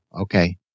Okay